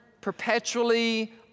perpetually